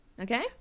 Okay